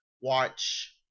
watch